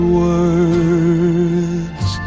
words